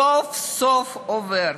סוף-סוף עובר.